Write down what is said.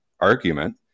argument